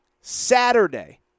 Saturday